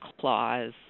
clause